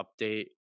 update